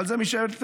אבל זו משאלת לב.